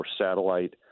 satellite